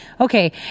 okay